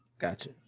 Gotcha